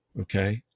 Okay